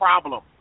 problem